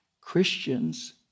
Christians